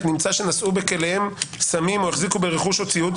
נמצא שנשאו בכליהם סמים או החזיקו ברכוש או ציוד?